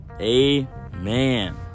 amen